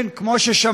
כן, כמו ששמעתם,